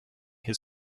his